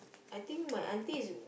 I think my auntie is w~